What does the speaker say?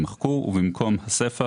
יימחקו, ובמקום הסיפה